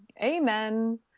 amen